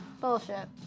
Bullshit